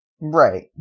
Right